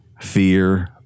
fear